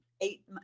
eight